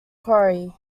quarry